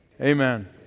amen